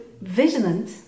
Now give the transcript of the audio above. vigilant